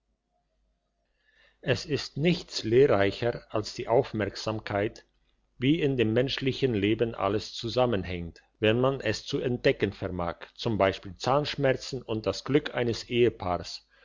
es ist nichts lehrreicher als die aufmerksamkeit wie in dem menschlichen leben alles zusammenhängt wenn man es zu entdecken vermag z b zahnschmerzen und das glück eines ehepaars